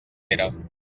pere